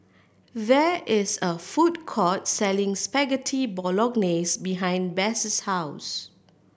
there is a food court selling Spaghetti Bolognese behind Bess' house